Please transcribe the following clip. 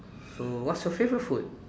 so what's your favourite food